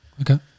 Okay